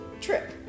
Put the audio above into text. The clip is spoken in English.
trip